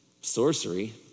sorcery